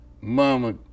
mama